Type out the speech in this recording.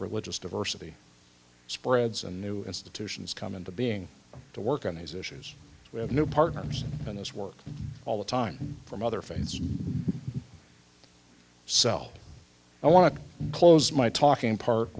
religious diversity spreads and new institutions come into being to work on these issues with new partners in this work all the time from other faiths cell i want to close my talking par